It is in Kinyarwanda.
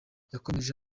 yakomeje